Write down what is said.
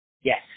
Yes